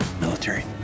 military